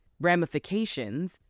ramifications